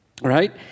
Right